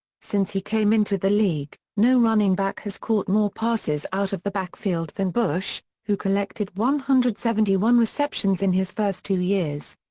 since he came into the league, no running back has caught more passes out of the backfield than bush, who collected one hundred and seventy one receptions in his first two years.